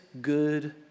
good